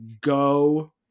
go